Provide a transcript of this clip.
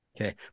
Okay